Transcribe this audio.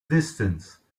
distance